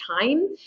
time